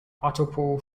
hartlepool